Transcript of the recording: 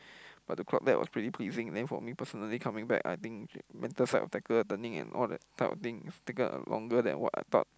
but the crowd back was pretty pleasing then for me personally coming back I think mental side of tackle turning and all that type of thing took up a longer than what I thought